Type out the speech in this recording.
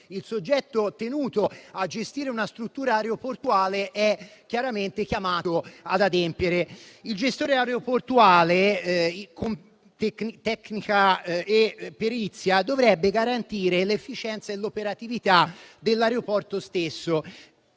il soggetto tenuto a gestire una struttura aeroportuale. Il gestore aeroportuale, con tecnica e perizia, dovrebbe garantire l'efficienza e l'operatività dell'aeroporto stesso,